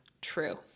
true